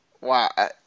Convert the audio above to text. Wow